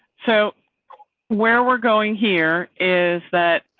so where we're going here is that.